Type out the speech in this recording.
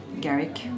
Garrick